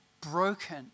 broken